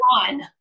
one